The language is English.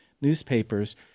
newspapers